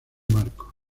marco